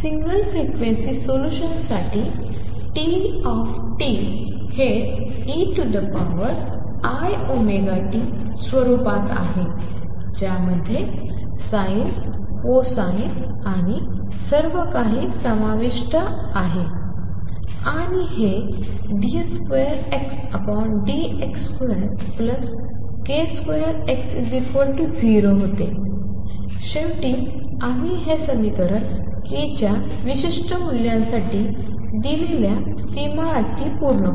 single frequency सोल्यूशन्ससाठी T हे eiωt स्वरूपात आहे ज्यामध्ये sin cosine आणि सर्वकाही आणि समीकरण समाविष्ट आहे बनते d2Xdx2k2X0 आणि शेवटी आम्ही हे समीकरण k च्या विशिष्ट मूल्यांसाठी दिलेल्या सीमा अटी पूर्ण करते